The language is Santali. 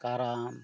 ᱠᱟᱨᱟᱢ